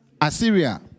Assyria